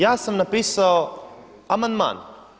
Ja sam napisao amandman.